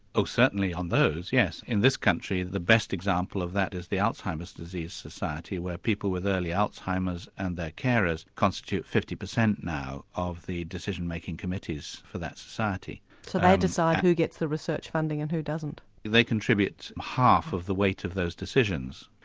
ah certainly on those yes. in this country the best example of that is the alzheimer's disease society where people with early alzheimer's and their carers constitute fifty percent now of the decision making committees for that society. so they decide who gets the research funding and who doesn't? they contribute half of the weight of those decisions.